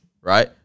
right